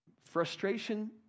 Frustration